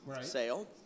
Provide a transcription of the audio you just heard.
sale